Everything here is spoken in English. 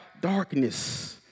darkness